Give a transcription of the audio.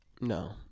No